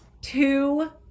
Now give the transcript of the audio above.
two